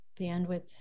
bandwidth